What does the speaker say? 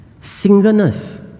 singleness